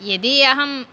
यदि अहम्